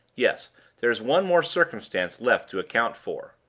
yes there is one more circumstance left to account for.